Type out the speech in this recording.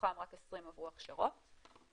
מתוכן רק 20 עברו הכשרה שנדרשת,